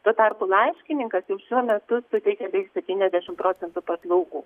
tuo tarpu laiškininkas jau šiuo metu suteikia beveik septyniasdešim procentų paslaugų